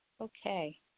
Okay